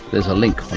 there's a link